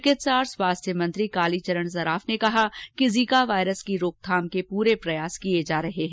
चिकित्सा और स्वास्थ्य मंत्री कालीचरण सराफ ने कहा है कि जीका वाइरस की रोकथाम के लिए पूरे प्रयास किए जा रहे हैं